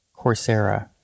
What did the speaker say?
Coursera